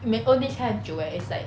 m~ Owndays 开很久 leh it's like